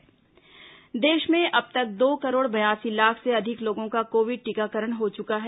corona टीकाकरण देश में अब तक दो करोड़ बयासी लाख से अधिक लोगों का कोविड टीकाकरण हो चुका है